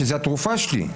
שזו התרופה שלי,